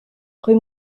rue